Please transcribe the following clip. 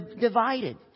divided